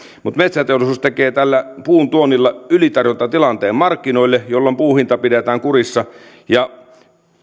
mutta metsäteollisuus tekee tällä puun tuonnilla ylitarjontatilanteen markkinoille jolloin puun hinta pidetään kurissa ja